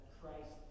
Christ